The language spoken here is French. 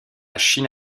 chine